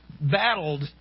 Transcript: battled